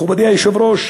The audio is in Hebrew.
מכובדי היושב-ראש,